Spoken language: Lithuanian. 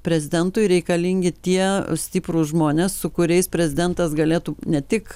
prezidentui reikalingi tie stiprūs žmonės su kuriais prezidentas galėtų ne tik